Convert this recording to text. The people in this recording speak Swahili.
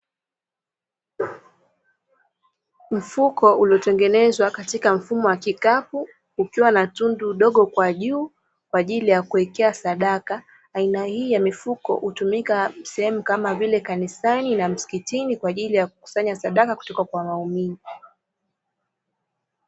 Mfuko uliotengenezwa katika mfumo wa kikapu, ukiwa na tundu dogo kwa juu kwa ajili ya kuwekea sadaka, aina hii ya mifuko hutumika sehemu kama vile kanisani na msikitini kwa ajili ya kukusanya sadaka kutoka kwa waumini.